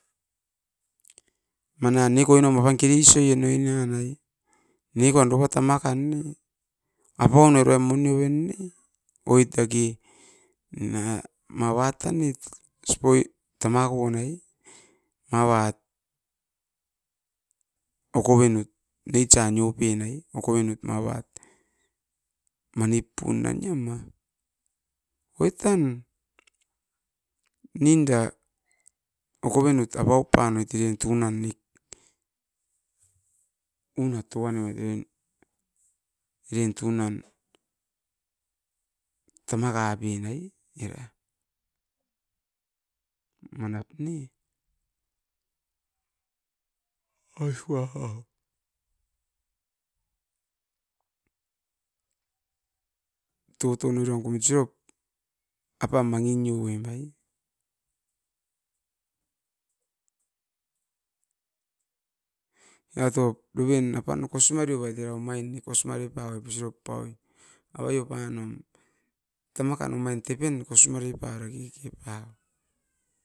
Manan neko apan kerisoien nekoan dova tama kan ne, apaun nuai ruran monioven ne, oit dake mava tan ne tamakon mava oko benut nature nio pen ai, oko benut mavat. Manip pun na nia oit tan inda oko benut apaup pan noit eren tunan era. Tunan eren tamaka popen manap toton eiran apan mangio noim. Evatop douen apan kosi mareu roit era omain kosinga repauoi ainemin. Avaio pa deven apan osa, aine tamako pan tepen kosinga repauoi.